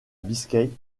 biscaye